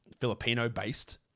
Filipino-based